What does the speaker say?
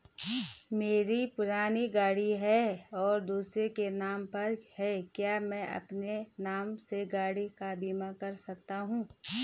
मेरी पुरानी गाड़ी है और दूसरे के नाम पर है क्या मैं अपने नाम से गाड़ी का बीमा कर सकता हूँ?